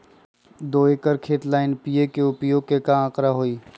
दो एकर खेत ला एन.पी.के उपयोग के का आंकड़ा होई?